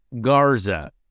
Garza